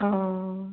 অঁ